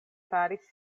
faris